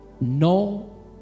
No